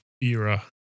era